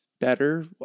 better